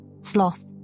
sloth